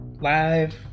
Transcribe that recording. Live